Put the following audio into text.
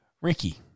Ricky